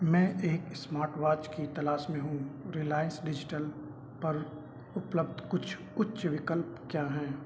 मैं एक smart watch की तलश में हूँ रिलाइंस डिजिटल पर उपलब्ध कुछ उच्च विकल्प क्या हैं